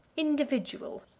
individual.